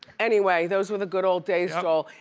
anyway, those were the good ol' days, joel.